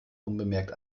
unbemerkt